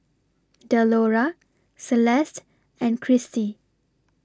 Delora Celeste and Cristi